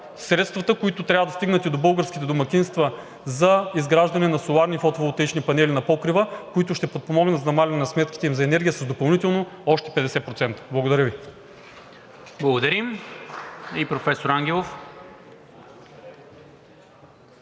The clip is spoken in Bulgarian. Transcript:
средствата, които трябва да стигнат и до българските домакинства, за изграждане на соларни фотоволтаични панели на покрива, които ще помогнат за намаляване на сметките им за енергия с допълнително още 50%. Благодаря Ви. ПРЕДСЕДАТЕЛ НИКОЛА